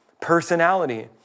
Personality